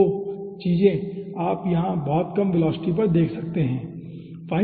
तो वो चीज़े आप यहाँ बहुत कम गैस वेलोसिटी पर देख सकते हैं ठीक है